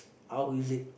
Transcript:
how is it